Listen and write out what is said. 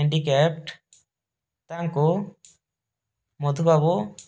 handicap ତାଙ୍କୁ ମଧୁବାବୁ